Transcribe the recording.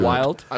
Wild